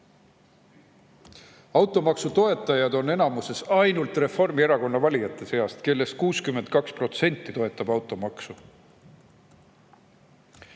Automaksu toetajad on enamuses ainult Reformierakonna valijate seas, kellest 62% toetab automaksu.